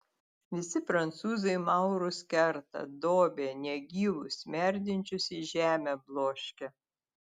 visi prancūzai maurus kerta dobia negyvus merdinčius į žemę bloškia